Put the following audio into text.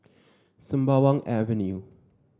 Sembawang Avenue